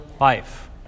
life